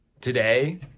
today